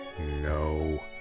no